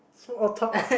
so all talk ah